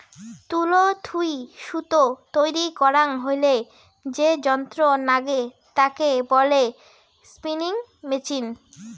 তুলো থুই সুতো তৈরী করাং হইলে যে যন্ত্র নাগে তাকে বলে স্পিনিং মেচিন